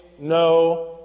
no